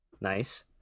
Nice